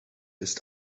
ist